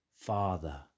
Father